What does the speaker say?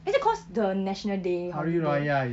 is it because the national day holiday